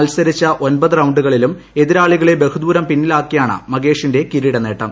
മത്സരിച്ച ഒൻപത് റൌണ്ടുകളിലും എതിരാളികളെ ബഹുദൂരം പിന്നിലാക്കിയാണ് മഗേഷിന്റെ കിരീട നേട്ടം